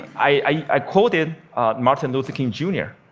i quoted martin luther king, jr.